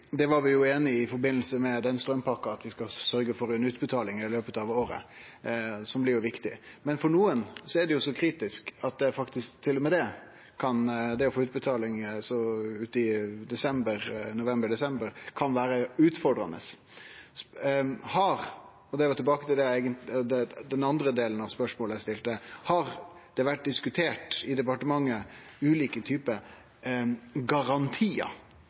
straumpakka var vi jo einige om at vi skal sørgje for ei utbetaling i løpet av året, noko som blir viktig. Men for nokre er det så kritisk at til og med det å få utbetaling uti november/desember kan vere utfordrande. Der er eg tilbake til den andre delen av spørsmålet eg stilte: Har det i departementet vore diskutert ulike typar garantiar,